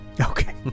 Okay